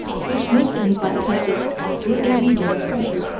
which may signify passage through a region of pressure,